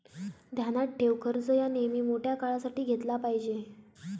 ध्यानात ठेव, कर्ज ह्या नेयमी मोठ्या काळासाठी घेतला पायजे